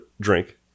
drink